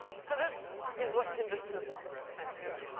so this is what convinced us that this was kind of cool.